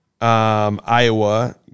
Iowa